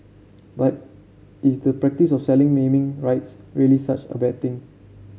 but is the practice of selling naming rights really such a bad thing